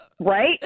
right